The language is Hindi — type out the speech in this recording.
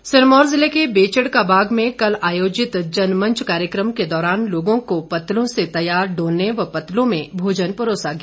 पत्तल सिरमौर जिले के बेचड़ का बाग में कल आयोजित जनमंच कार्यकम के दौरान लोगों को पत्तों से तैयार डोने व पत्तलों में भोजन परोसा गया